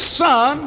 son